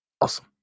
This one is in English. Awesome